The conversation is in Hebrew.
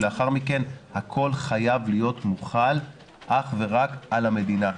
ולאחר מכן הכול חייב להיות מוחל אך ורק על המדינה.